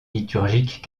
liturgique